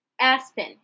Aspen